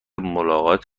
ملاقات